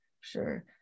sure